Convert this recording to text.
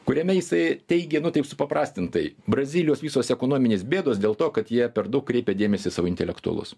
kuriame jisai teigė nu taip supaprastintai brazilijos visos ekonominės bėdos dėl to kad jie per daug kreipė dėmesį į savo intelektualus